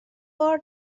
بار